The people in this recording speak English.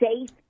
safe